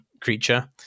creature